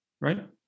right